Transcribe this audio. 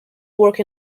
work